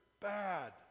bad